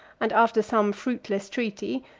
and after some fruitless treaty,